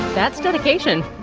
that's dedication